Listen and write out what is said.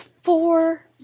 four